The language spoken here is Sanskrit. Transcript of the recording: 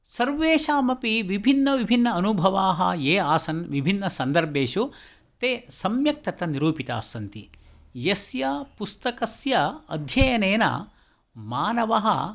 सर्वेषामपि विभिन्नविभिन्न अनुभवाः ये आसन् विभिन्नसन्दर्भेषु ते सम्यक् तत्र निरूपिताः सन्ति यस्य पुस्तकस्य अध्ययनेन मानवः